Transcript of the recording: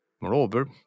Moreover